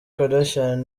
kardashian